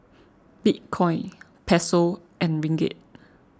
Bitcoin Peso and Ringgit